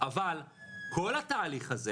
אבל כל התהליך הזה